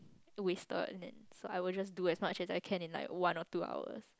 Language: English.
wasted and then so I will just do as much as I can in like one or two hours